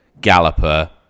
galloper